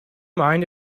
mind